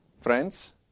friends